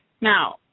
Now